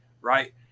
right